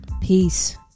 Peace